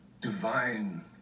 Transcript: divine